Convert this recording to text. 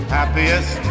happiest